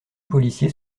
policier